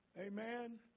Amen